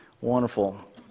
wonderful